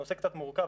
נושא קצת מורכב,